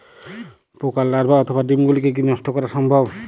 পোকার লার্ভা অথবা ডিম গুলিকে কী নষ্ট করা সম্ভব?